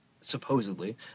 supposedly